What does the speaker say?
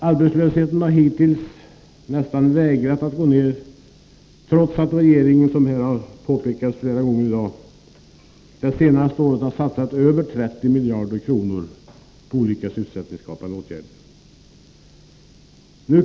Arbetslösheten har hittills vägrat att gå ned trots att regering och riksdag det senaste året har satsat över 30 miljarder kronor på olika sysselsättningsskapande åtgärder.